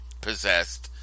possessed